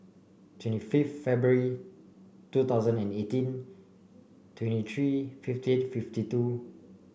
twenty fifth February two thousand and eighteen twenty three fifty eight fifty two